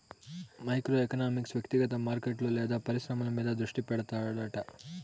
micro economics వ్యక్తిగత మార్కెట్లు లేదా పరిశ్రమల మీద దృష్టి పెడతాడట